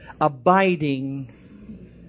abiding